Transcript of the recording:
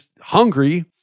hungry